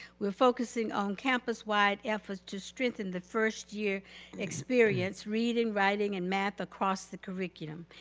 we're focusing on campus-wide efforts to strengthen the first year experience, reading, writing, and math across the curriculum.